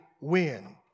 win